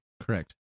Correct